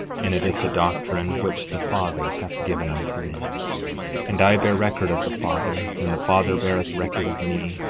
and it is the doctrine which the father hath given unto me and i bear record of the father, and the father beareth record of me,